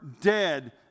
dead